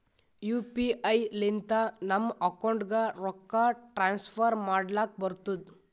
you P I ಲಿಂತ ನಮ್ ಅಕೌಂಟ್ಗ ರೊಕ್ಕಾ ಟ್ರಾನ್ಸ್ಫರ್ ಮಾಡ್ಲಕ್ ಬರ್ತುದ್